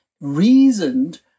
reasoned